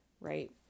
right